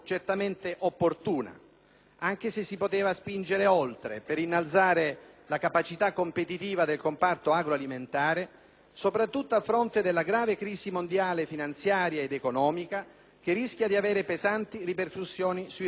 anche se ci si poteva spingere oltre per innalzare la capacità competitiva del comparto agroalimentare, soprattutto a fronte della grave crisi mondiale finanziaria ed economica che rischia di avere pesanti ripercussioni sui redditi dei produttori.